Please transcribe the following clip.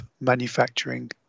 manufacturing